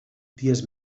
dies